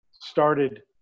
started